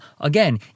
Again